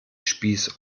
spieß